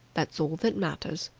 that's all that matters.